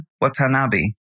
Watanabe